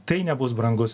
tai nebus brangus